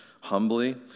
humbly